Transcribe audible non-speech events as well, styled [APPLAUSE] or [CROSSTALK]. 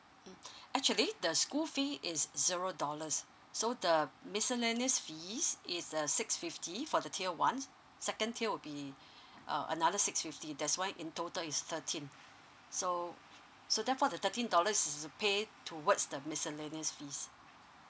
mm [BREATH] actually the school fee is zero dollars so the miscellaneous fees is uh six fifty for the tier one second tier would be [BREATH] uh another six fifty that's why in total is thirteen so so therefore the thirteen dollars is pay towards the miscellaneous fees